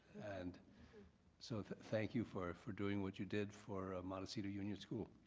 and so thank you for for doing what you did for montecito union school.